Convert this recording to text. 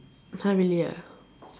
!huh! really ah